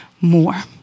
more